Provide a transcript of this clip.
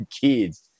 kids